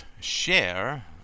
share